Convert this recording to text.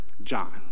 John